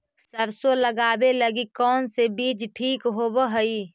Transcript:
सरसों लगावे लगी कौन से बीज ठीक होव हई?